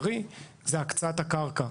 הוא הקצאת הקרקע.